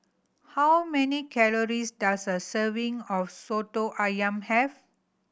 how many calories does a serving of Soto Ayam have